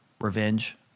Revenge